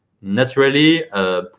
naturally